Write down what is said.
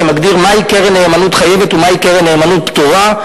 שמגדיר מהי קרן נאמנות חייבת ומהי קרן נאמנות פטורה.